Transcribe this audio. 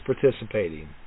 participating